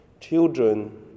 Children